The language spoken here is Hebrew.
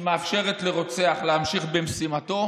שמאפשרת לרוצח להמשיך במשימתו,